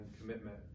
commitment